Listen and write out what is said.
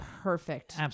perfect